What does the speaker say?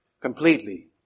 completely